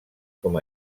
com